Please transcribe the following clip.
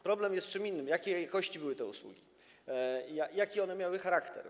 Problem jest w czym innym: jakiej jakości były te usługi, jaki one miały charakter.